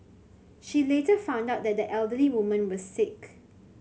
she later found out that the elderly woman was sick